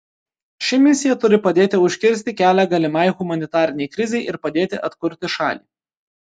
ši misija turi padėti užkirsti kelią galimai humanitarinei krizei ir padėti atkurti šalį